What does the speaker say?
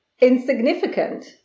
insignificant